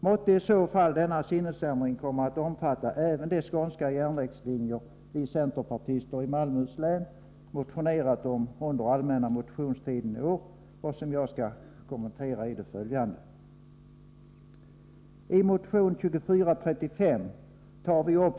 Måtte i så fall denna sinnesändring komma att omfatta även de skånska järnvägslinjer vi centerpartister i Malmöhus län motionerat om under allmänna motionstiden i år och som jag skall kommentera i det följande.